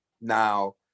Now